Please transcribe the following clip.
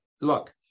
look